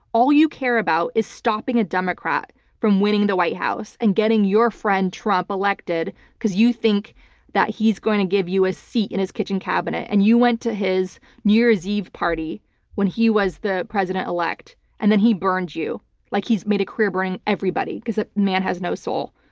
all you care about is stopping a democrat from winning the white house and getting your friend trump elected because you think that he's going to give you a seat in his kitchen cabinet. and you went to his new year's eve party when he was the president-elect and then he burned you like he's made a career burning everybody because that ah man has no soul.